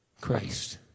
Christ